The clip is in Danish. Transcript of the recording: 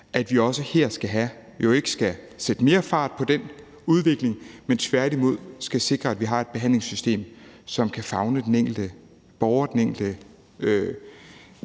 misbrug. Her skal vi jo ikke sætte mere fart på den udvikling, men tværtimod sikre, at vi har et behandlingssystem, som kan favne den enkelte borger – den enkelte